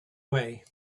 way